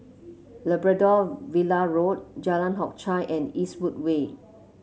Labrador Villa Road Jalan Hock Chye and Eastwood Way